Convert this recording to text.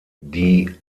die